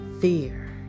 fear